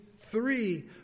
three